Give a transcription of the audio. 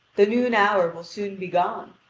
the noon hour will soon be gone,